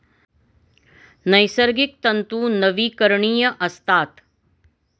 नैसर्गिक तंतू नवीकरणीय असतात